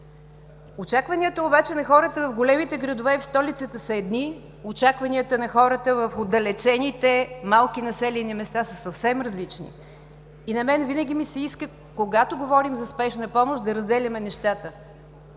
Очакванията обаче на хората в големите градове и в столицата са едни, очакванията на хората в отдалечените малки населени места са съвсем различни. На мен винаги ми се иска, когато говорим за спешна помощ, да разделяме нещата.